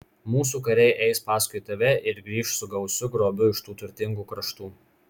mūsų kariai eis paskui tave ir grįš su gausiu grobiu iš tų turtingų kraštų